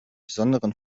besonderen